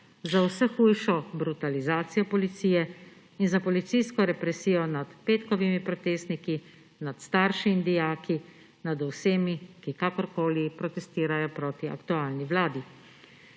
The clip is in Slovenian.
za vse hujšo brutalizacijo policije in za policijsko represijo nad petkovimi protestniki, nad starši in dijaki, nad vsemi, ki kakorkoli protestirajo proti aktualni vladi.